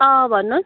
अँ भन्नुहोस्